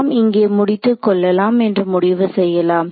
நாம் இங்கே முடித்துக் கொள்ளலாம் என்று முடிவு செய்யலாம்